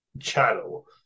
channel